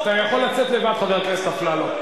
אתה יכול לצאת לבד, חבר הכנסת אפללו.